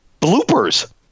Bloopers